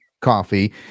coffee